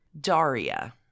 daria